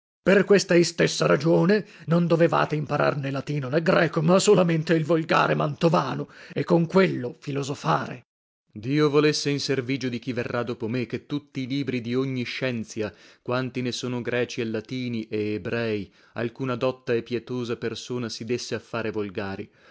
per questa istessa ragione non dovevate imparar né latino né greco ma solamente il volgare mantovano e con quello filosofare per dio volesse in servigio di chi verrà dopo me che tutti i libri di ogni scienzia quanti ne sono greci e latini e ebrei alcuna dotta e pietosa persona si desse a fare volgari